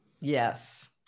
Yes